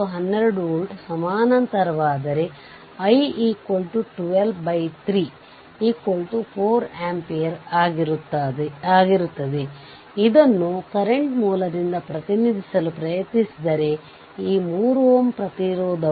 1 volt ಅಥವಾ 1 volt ಅಥವಾ 2 volt ಯಾವುದೇ ವೋಲ್ಟ್ ಇರಬಹುದು